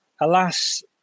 alas